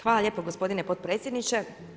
Hvala lijepo gospodine potpredsjedniče.